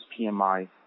PMI